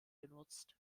genutzt